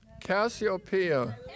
Cassiopeia